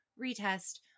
retest